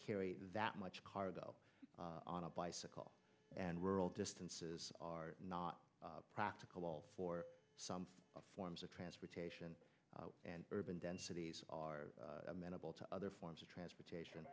carry that much cargo on a bicycle and rural distances are not practical for some forms of transportation and urban densities are amenable to other forms of transportation